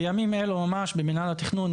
בימים אלו ממש במינהל התכנון,